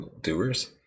doers